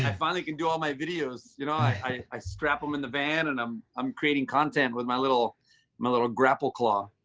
finally can do all my videos, you know i i strap them in the van and i'm um creating content with my little my little grapple claw.